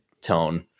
tone